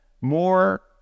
more